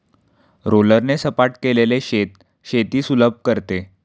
रोलरने सपाट केलेले शेत शेती सुलभ करते